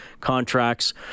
contracts